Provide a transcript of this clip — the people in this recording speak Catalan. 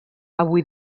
avui